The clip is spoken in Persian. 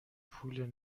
پول